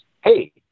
hey